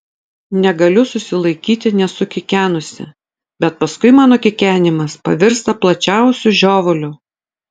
negaliu susilaikyti nesukikenusi bet paskui mano kikenimas pavirsta plačiausiu žiovuliu